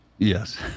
yes